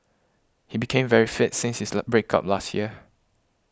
he became very fit since his break up last year